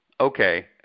okay